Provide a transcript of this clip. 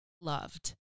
loved